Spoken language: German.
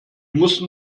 mussten